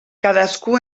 cadascú